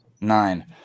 nine